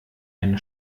eine